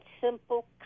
simple